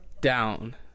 Down